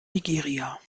nigeria